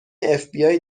fbi